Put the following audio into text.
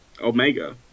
Omega